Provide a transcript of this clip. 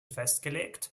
festgelegt